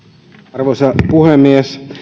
arvoisa puhemies